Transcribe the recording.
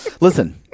Listen